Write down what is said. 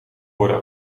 worden